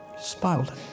smiled